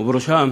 ובראשם